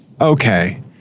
Okay